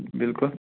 بِلکُل